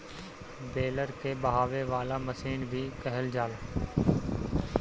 baler के बहावे वाला मशीन भी कहल जाला